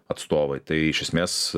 atstovai tai iš esmės